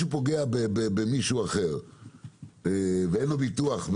פוגע במישהו אחר ואין לו ביטוח,